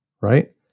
right